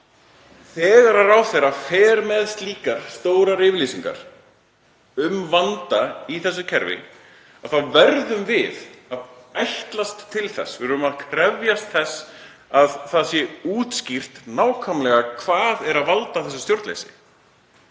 Þegar ráðherra fer með slíkar stórar yfirlýsingar um vanda í þessu kerfi þá verðum við að ætlast til þess, við verðum að krefjast þess, að það sé útskýrt nákvæmlega hvað er að valda þessu stjórnleysi.